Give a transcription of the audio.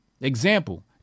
Example